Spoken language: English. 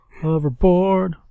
Hoverboard